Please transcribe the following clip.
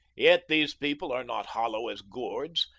yet these people are not hollow as gourds,